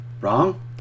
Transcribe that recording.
Wrong